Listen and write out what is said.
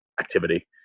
activity